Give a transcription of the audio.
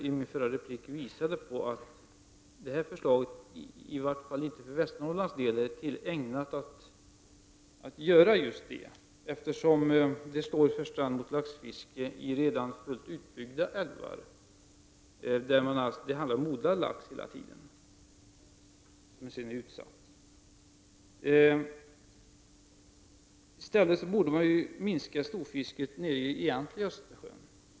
I mitt förra inlägg tyckte jag att jag visade att förslaget i varje fall inte är ägnat att för Västernorrlands del åstadkomma just detta, eftersom det i första hand slår mot laxfiske i redan fullt utbyggda älvar, där det hela tiden handlar om odlad lax. I stället borde man ju minska storfisket i den egentliga Östersjön.